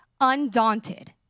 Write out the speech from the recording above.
undaunted